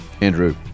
Andrew